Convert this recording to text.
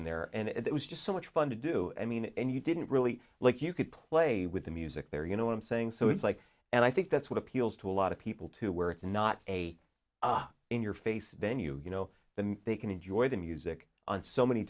in there and it was just so much fun to do i mean and you didn't really like you could play with the music there you know what i'm saying so it's like and i think that's what appeals to a lot of people too where it's not a in your face venue you know and they can enjoy the music on so many